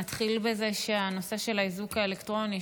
נתחיל בזה שהנושא של האיזוק האלקטרוני,